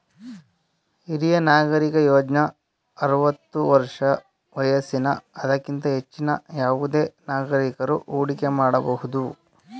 ಹಿರಿಯ ನಾಗರಿಕ ಯೋಜ್ನ ಆರವತ್ತು ವರ್ಷ ವಯಸ್ಸಿನ ಅದಕ್ಕಿಂತ ಹೆಚ್ಚಿನ ಯಾವುದೆ ನಾಗರಿಕಕರು ಹೂಡಿಕೆ ಮಾಡಬಹುದು